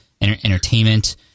entertainment